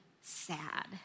sad